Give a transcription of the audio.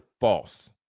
false